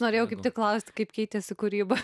norėjau kaip tik klaust kaip keitėsi kūryba